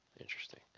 Interesting